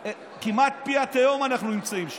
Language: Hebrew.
כמעט על פי התהום אנחנו נמצאים שם.